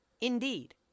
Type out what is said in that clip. Indeed